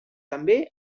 també